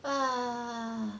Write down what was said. ah